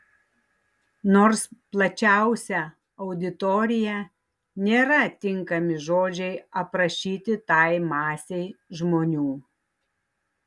nors plačiausia auditorija nėra tinkami žodžiai aprašyti tai masei žmonių